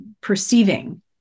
perceiving